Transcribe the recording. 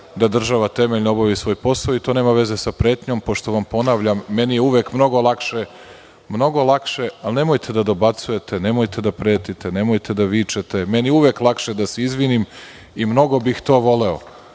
da država temeljno obavi svoj posao. To nema veze sa pretnjom, pošto, ponavljam, meni je uvek mnogo lakše, ali nemojte da dobacujete, nemojte da pretite, nemojte da vičete, da se izvinim i mnogo bih to voleo.